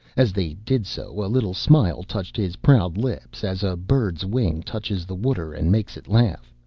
as they did so, a little smile touched his proud lips, as a bird's wing touches the water and makes it laugh.